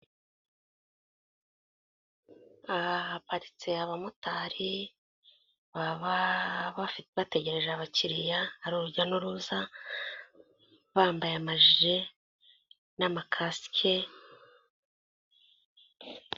Aha haparitse abamotari baba bategereje abakiriya ari urujya n'uruza, bambaye amajire n'amakasike,,,